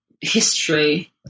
history